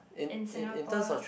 in Singapore